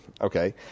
okay